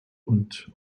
und